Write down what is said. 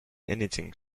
anything